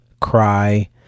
cry